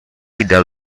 del